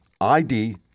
ID